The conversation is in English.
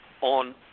on